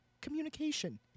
Communication